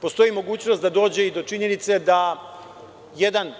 Postoji mogućnost da dođe do činjenice da jedan